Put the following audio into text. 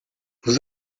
vous